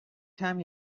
time